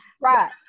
Right